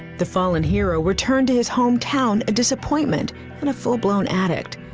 the fallen hero returned to his hometown a disappointment and a full-blown addict.